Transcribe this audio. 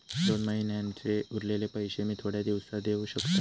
दोन महिन्यांचे उरलेले पैशे मी थोड्या दिवसा देव शकतय?